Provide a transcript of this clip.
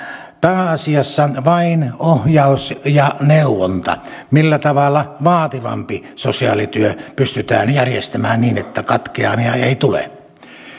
pääasiassa vain ohjaus ja neuvonta millä tavalla vaativampi sosiaalityö pystytään järjestämään niin että katkeamia ei tule